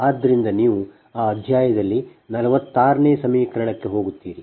ಆದ್ದರಿಂದ ನೀವು ಆ ಅಧ್ಯಾಯದಲ್ಲಿ 46 ನೇ ಸಮೀಕರಣಕ್ಕೆ ಹೋಗುತ್ತೀರಿ